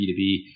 b2b